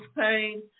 pain